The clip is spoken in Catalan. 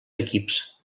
equips